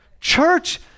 Church